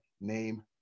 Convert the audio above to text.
name